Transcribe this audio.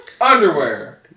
Underwear